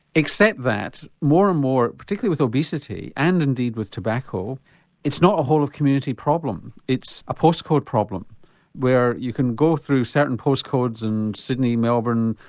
except that more and more, particularly with obesity and indeed with tobacco it's not a whole of community problem, it's a postcode problem where you can go through certain postcodes in sydney, melbourne,